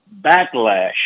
backlash